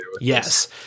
Yes